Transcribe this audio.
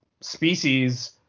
species